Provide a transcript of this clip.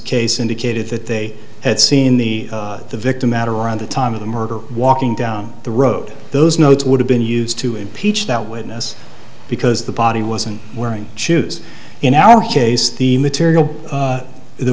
indicated that they had seen the the victim at around the time of the murder walking down the road those notes would have been used to impeach that witness because the body wasn't wearing shoes in our case the material